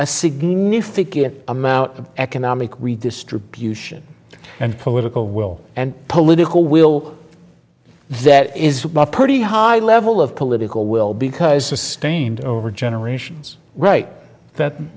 a significant amount of economic redistribution and political will and political will that is a pretty high level of political will because sustained over generations right that